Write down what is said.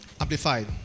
Amplified